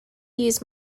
use